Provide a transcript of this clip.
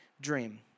dream